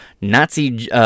Nazi